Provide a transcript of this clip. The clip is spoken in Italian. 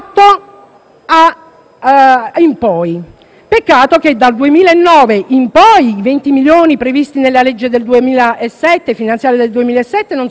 peccato che dal 2009 in poi i 20 milioni previsti nella legge finanziaria del 2007 non sono mai stati stanziati